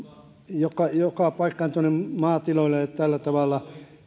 joka joka paikkaan maatiloille ja tällä tavalla